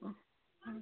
ହଁ ହଁ